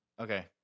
Okay